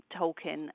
Tolkien